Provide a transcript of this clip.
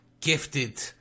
gifted